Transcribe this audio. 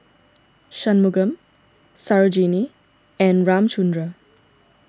Shunmugam Sarojini and Ramchundra